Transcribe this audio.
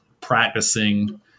practicing